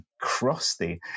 crusty